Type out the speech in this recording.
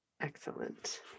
excellent